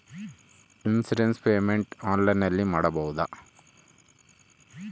Insurance payment ಆನ್ಲೈನಿನಲ್ಲಿ ಮಾಡಬಹುದಾ?